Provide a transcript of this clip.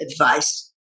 advice